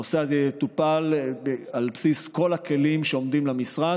הנושא הזה יטופל על בסיס כל הכלים שעומדים למשרד,